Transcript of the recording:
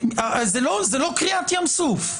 זה לא קריעת ים סוף.